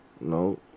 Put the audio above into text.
No